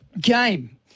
game